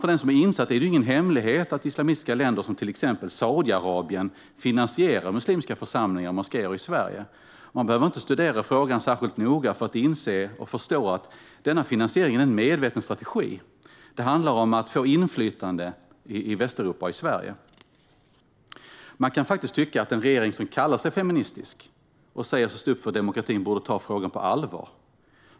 För den som är insatt är det ingen hemlighet att islamistiska länder som till exempel Saudiarabien finansierar muslimska församlingar och moskéer i Sverige. Man behöver inte studera frågan särskilt noga för att inse och förstå att denna finansiering är en medveten strategi. Det handlar om att få inflytande i Västeuropa och i Sverige. Man kan tycka att en regering som kallar sig feministisk och säger sig stå upp för demokratin borde ta denna fråga på allvar.